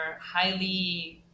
highly